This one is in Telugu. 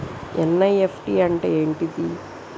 ఎన్.ఇ.ఎఫ్.టి అంటే ఏంటిది?